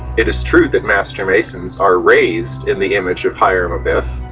it is true that master masons are raised in the image of hiram abiff,